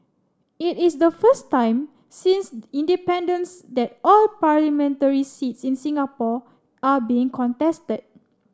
it is the first time since independence that all parliamentary seats in Singapore are being contested